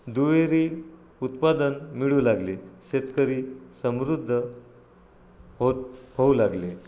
दुहेरी उत्पादन मिळू लागले शेतकरी समृद्ध होत होऊ लागले